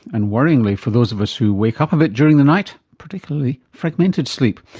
and worryingly for those of us who wake up a bit during the night, particularly fragmented sleep.